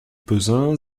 peuzin